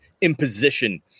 imposition